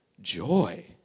joy